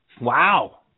Wow